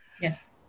Yes